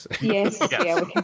Yes